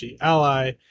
Ally